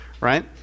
right